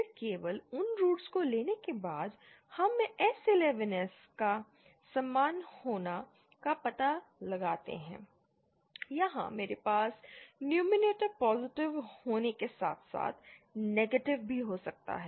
फिर केवल उन रूट्स को लेने के बाद हम S11 S को समान होने का पता लगाते हैं यहां मेरे पास न्यूमैरेटर पॉजिटिव होने के साथ साथ नेगेटिव भी हो सकता है